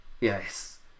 yes